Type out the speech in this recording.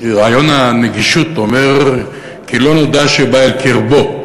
רעיון הנגישות אומר כי לא נודע שבא אל קרבו,